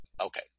Okay